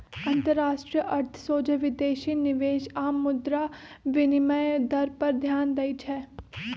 अंतरराष्ट्रीय अर्थ सोझे विदेशी निवेश आऽ मुद्रा विनिमय दर पर ध्यान देइ छै